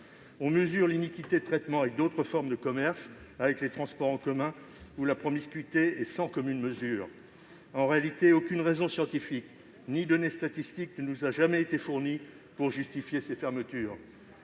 On mesure l'iniquité de traitement avec d'autres formes de commerce et avec, notamment, les transports en commun, où la promiscuité est sans commune mesure. En réalité, aucune raison scientifique ni donnée statistique ne nous a jamais été fournie pour justifier ces fermetures.